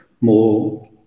more